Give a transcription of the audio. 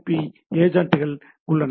B ஏஜெண்ட்டுகள் உள்ளன